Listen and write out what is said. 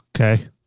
Okay